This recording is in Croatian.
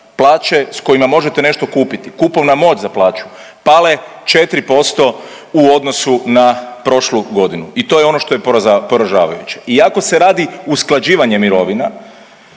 plaće s kojima možete nešto kupiti, kupovna moć za plaću pala je 4% u odnosu na prošlu godinu i to je ono što je poražavajuće, iako se radi usklađivanje mirovina